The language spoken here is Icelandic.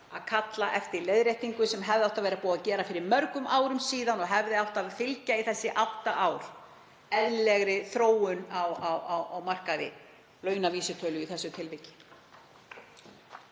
að kalla eftir leiðréttingu sem hefði átt að vera búið að gera fyrir mörgum árum síðan og upphæðirnar hefðu átt að fylgja í þessi átta ár eðlilegri þróun á markaði, launavísitölu í þessu tilviki.